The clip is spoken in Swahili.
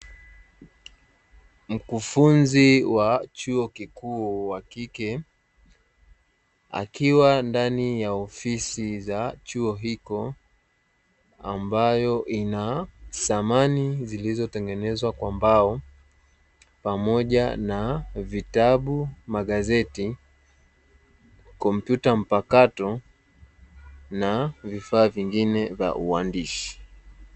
Mkufunzi wa chuo kikuu wa kike, akiwa ndani ya ofisi za chuo hicho, ambayo ina samani zilizotengenezwa kwa mbao pamoja na vitabu, magazeti, kompyuta mpakato na vifaa vingine vya uandishi.